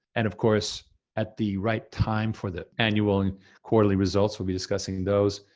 and of course at the right time for the annual and quarterly results, we'll be discussing those,